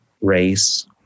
race